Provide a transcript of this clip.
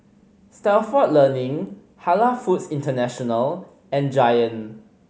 Stalford Learning Halal Foods International and Giant